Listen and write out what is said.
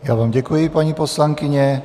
Já vám děkuji, paní poslankyně.